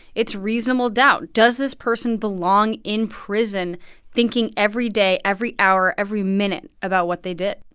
it's reasonable doubt. does this person belong in prison thinking every day, every hour, every minute about what they did?